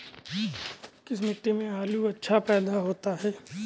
किस मिट्टी में आलू अच्छा पैदा होता है?